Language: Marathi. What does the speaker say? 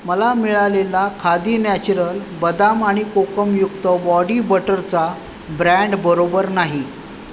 मला मिळालेला खादी नॅचरल बदाम आणि कोकमयुक्त बॉडी बटरचा ब्रँड बरोबर नाही